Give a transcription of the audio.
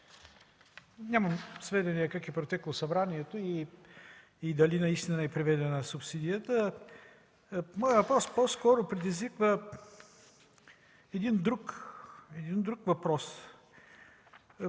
Нямам сведение как е протекло събранието и дали наистина е преведена субсидията. Моят въпрос по-скоро предизвиква един друг въпрос.